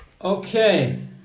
Okay